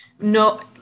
no